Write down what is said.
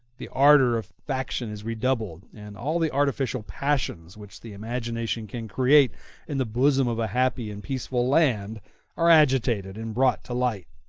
the ardor of faction is redoubled and all the artificial passions which the imagination can create in the bosom of a happy and peaceful land are agitated and brought to light.